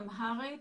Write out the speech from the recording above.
אמהרית,